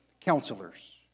counselors